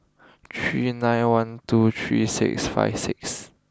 three nine one two three six five six